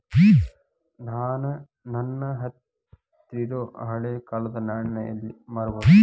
ನಾ ನನ್ನ ಹತ್ರಿರೊ ಹಳೆ ಕಾಲದ್ ನಾಣ್ಯ ನ ಎಲ್ಲಿ ಮಾರ್ಬೊದು?